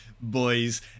boys